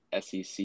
sec